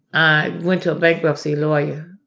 i went to a bankruptcy lawyer.